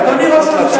מה יהיה, אתן רוצות לצאת?